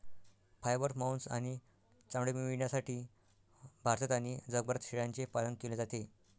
fibre, मांस आणि चामडे मिळविण्यासाठी भारतात आणि जगभरात शेळ्यांचे पालन केले जाते